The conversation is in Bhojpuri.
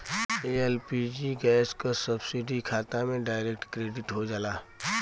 एल.पी.जी गैस क सब्सिडी खाता में डायरेक्ट क्रेडिट हो जाला